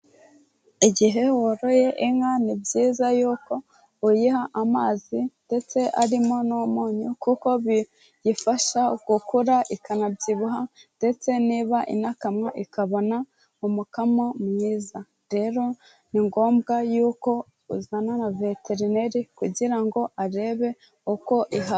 Igihe woroye inka, ni byiza yuko uyiha amazi ndetse arimo n'umunyu, kuko biyifasha gukura ikanabyibuha ndetse niba inakamwa ikabona umukamo mwiza, rero ni ngombwa yuko uzana na veterineri, kugira ngo arebe uko iha.